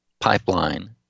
pipeline